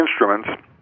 instruments